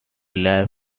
lap